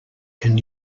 can